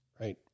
right